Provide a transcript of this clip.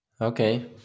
Okay